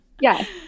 Yes